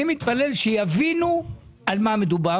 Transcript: אני מתפלל שיבינו על מה מדובר,